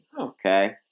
Okay